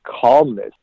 calmness